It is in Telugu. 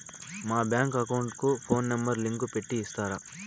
మా బ్యాంకు అకౌంట్ కు ఫోను నెంబర్ లింకు పెట్టి ఇస్తారా?